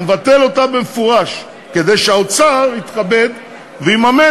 הוא מבטל אותה במפורש כדי שהאוצר יתכבד ויממן